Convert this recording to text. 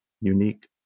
unique